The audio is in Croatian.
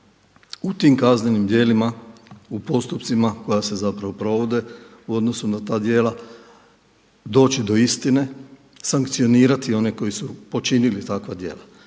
u tim kaznenim djelima u postupcima koja se zapravo provode u odnosu na ta djela doći do istine, sankcionirati one koji su počinili takva djela.